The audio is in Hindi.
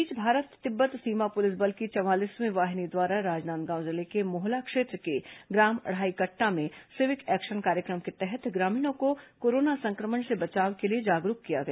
इस बीच भारत तिब्बत सीमा पुलिस बल की चवालीसवीं वाहिनी द्वारा राजनांदगांव जिले के मोहला क्षेत्र के ग्राम अढ़ाईकट्टा में सिविक एक्शन कार्यक्रम के तहत ग्रामीणों को कोरोना संक्रमण से बचाव के लिए जागरूक किया गया